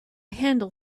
handle